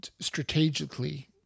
strategically